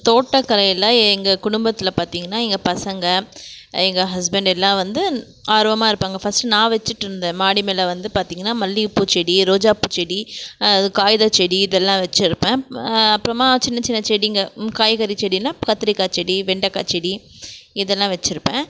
தோட்டக்கலையில் எங்கள் குடும்பத்தில் பார்த்திங்கன்னா எங்கள் பசங்கள் எங்கள் ஹஸ்பண்டு எல்லா வந்து ஆர்வமாக இருப்பாங்க ஃபஸ்ட்டு நான் வெச்சுட்ருந்தேன் மாடி மேல் வந்து பார்த்திங்கன்னா மல்லிகை பூச்செடி ரோஜா பூச்செடி காகிதச்செடி இதெல்லாம் வெச்சிருப்பேன் அப்றமா சின்ன சின்ன செடிங்கள் காய்கறி செடினா கத்திரிக்காய் செடி வெண்டைக்கா செடி இதெல்லாம் வெச்சுருப்பேன்